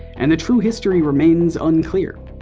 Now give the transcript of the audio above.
and the true history remains unclear.